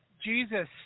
Jesus